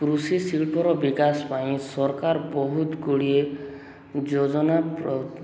କୃଷି ଶିଳ୍ପର ବିକାଶ ପାଇଁ ସରକାର ବହୁତ ଗୁଡ଼ିଏ ଯୋଜନା